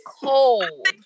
cold